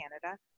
Canada